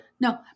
No